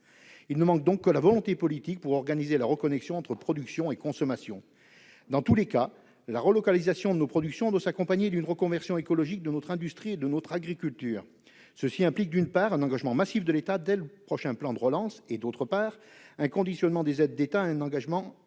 Il ne manque donc que la volonté politique pour organiser la reconnexion entre production et consommation. Dans tous les cas, la relocalisation de nos productions doit s'accompagner d'une reconversion écologique de notre industrie et de notre agriculture. Cela implique, d'une part, un engagement massif de l'État dès le prochain plan de relance, et, d'autre part, un conditionnement des aides d'État à un engagement